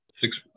six